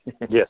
Yes